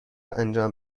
انجام